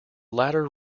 latter